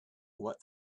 what